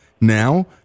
now